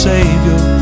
Savior